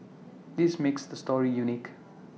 this makes the story unique